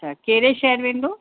अछा कहिड़े शहरु वेंदो